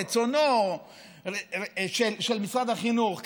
רצונו של משרד החינוך,